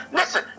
listen